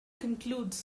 concludes